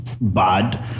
bad